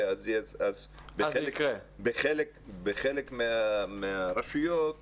בחלק מהרשויות